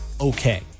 okay